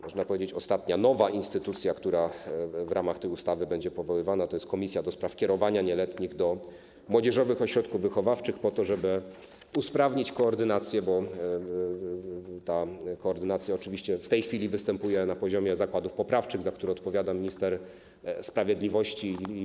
Można powiedzieć, że ostatnią nową instytucją, która w ramach tej ustawy będzie powoływana, jest komisja do spraw kierowania nieletnich do młodzieżowego ośrodka wychowawczego po to, żeby usprawnić koordynację, bo ta koordynacja oczywiście w tej chwili występuje na poziomie zakładów poprawczych, za które odpowiada minister sprawiedliwości.